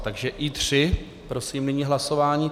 Takže I3, prosím nyní hlasování.